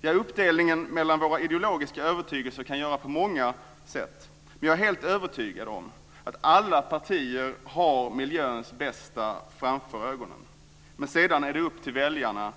Ja, uppdelningen mellan våra ideologiska övertygelser kan göras på många sätt, men jag är helt övertygad om att alla partier har miljöns bästa för ögonen. Men sedan är det upp till väljarna